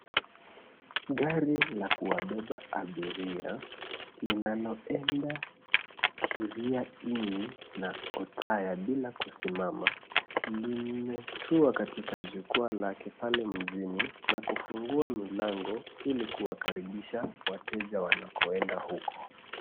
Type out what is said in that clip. Gari la kuwabeba abiria linaloenda Kiria Ini na Othaya bila kusimama, limetua katika jukwaa lake pale mjini na kufungua milango ili kuwakaribisha wateja wanakoenda huko.